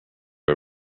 are